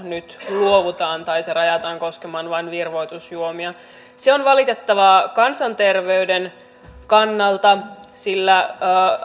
nyt luovutaan tai se rajataan koskemaan vain virvoitusjuomia se on valitettavaa kansanterveyden kannalta sillä